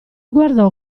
guardò